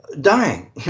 dying